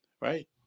right